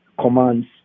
commands